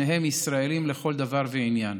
שניהם ישראלים לכל דבר ועניין.